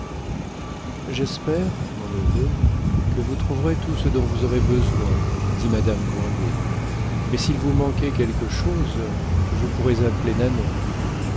j'espère mon neveu que vous trouverez tout ce dont vous aurez besoin dit madame grandet mais s'il vous manquait quelque chose vous pourrez appeler